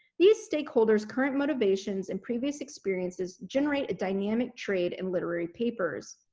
these stakeholders current motivations and previous experiences generate a dynamic trade in literary papers.